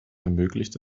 ermöglicht